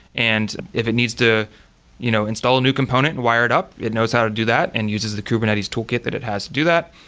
and if it needs to you know install a new component and wire it up, it knows how to do that and uses the kubernetes toolkit that it has to do that.